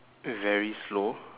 very slow